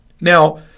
Now